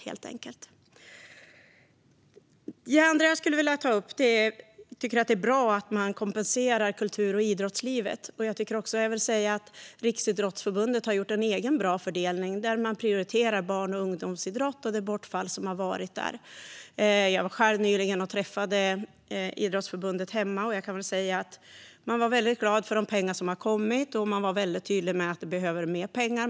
Det andra jag skulle vilja ta upp är att det är bra att man kompenserar kultur och idrottslivet. Riksidrottsförbundet har gjort en egen bra fördelning där man prioriterar barn och ungdomsidrott och det bortfall som har varit där. Jag var själv nyligen och träffade idrottsförbundet hemma. Man var väldigt glad för de pengar som har kommit, och man var väldigt tydlig med att man behöver mer pengar.